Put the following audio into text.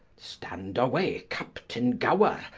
stand away captaine gower,